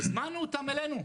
הזמנו אותם אלינו.